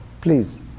Please